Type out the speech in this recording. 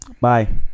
bye